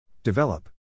Develop